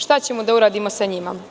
Šta ćemo da uradimo sa njima?